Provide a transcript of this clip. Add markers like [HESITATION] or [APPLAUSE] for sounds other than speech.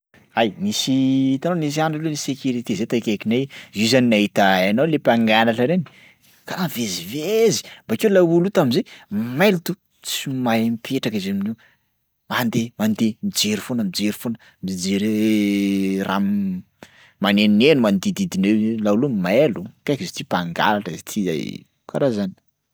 Hay, nisy hitanao nisy andro leroa nisy sécurité zay takaikinay, io zany nahita hainao le mpangalatra reny? Karaha vezivezy, bakeo laolo io tam'zay mailo to tsy mahay mipetraka izy amin'io mandeha mandeha mijery foana mijery foana mijery [HESITATION] raha m- manenoneno manodidididina eo, laolo io mailo kaiky izy ity mpangalatra izy ty karaha zany.